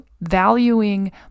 valuing